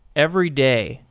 every day,